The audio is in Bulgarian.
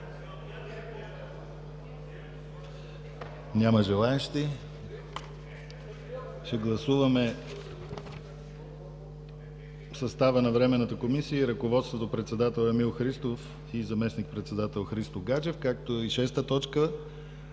Няма желаещи. Ще гласуваме състава на временната Комисия и ръководството: председател Емил Христов и заместник-председател Христо Гаджев, както и шеста точка: